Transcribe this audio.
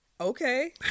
okay